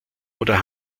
oder